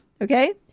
Okay